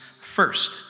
First